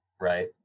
right